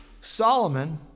Solomon